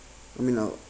I mean I'll